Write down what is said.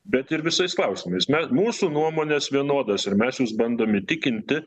bet ir visais klausimais me mūsų nuomonės vienodos ir mes jus bandom įtikinti